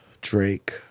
Drake